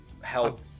help